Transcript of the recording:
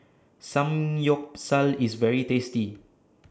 Samgyeopsal IS very tasty